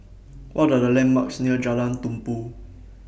What Are The landmarks near Jalan Tumpu